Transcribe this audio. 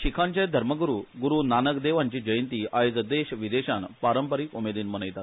शिखांचे धर्मगुरू गुरू नानक देव हांची जयंती आयज देश विदेशान पारंपरिक उमेदिन मनयतात